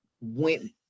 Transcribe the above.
went